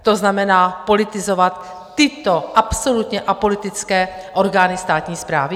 To znamená, politizovat tyto absolutně apolitické orgány státní správy?